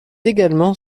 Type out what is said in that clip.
également